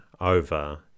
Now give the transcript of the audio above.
over